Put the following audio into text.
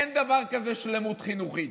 אין דבר כזה שלמות חינוכית,